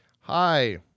Hi